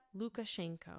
Lukashenko